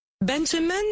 Benjamin